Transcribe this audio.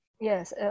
Yes